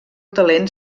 talent